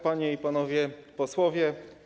Panie i Panowie Posłowie!